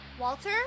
Walter